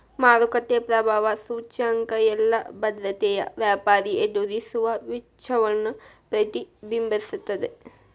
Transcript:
ಮಾರುಕಟ್ಟೆ ಪ್ರಭಾವ ಸೂಚ್ಯಂಕ ಎಲ್ಲಾ ಭದ್ರತೆಯ ವ್ಯಾಪಾರಿ ಎದುರಿಸುವ ವೆಚ್ಚವನ್ನ ಪ್ರತಿಬಿಂಬಿಸ್ತದ